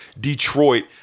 Detroit